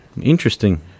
Interesting